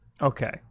Okay